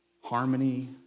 harmony